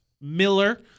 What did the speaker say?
Miller